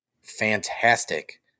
fantastic